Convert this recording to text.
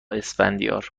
اسفندیار